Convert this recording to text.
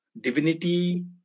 divinity